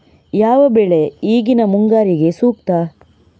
ಯಾವ ಬೆಳೆ ಈಗಿನ ಮುಂಗಾರಿಗೆ ಸೂಕ್ತ?